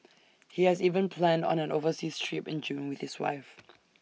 he has even planned an overseas trip in June with his wife